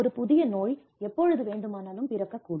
ஒரு புதிய நோய் எப்பொழுது வேண்டுமானாலும் பிறக்கக்கூடும்